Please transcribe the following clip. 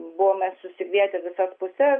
buvome susikvietę visas puses